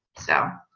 so